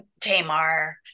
Tamar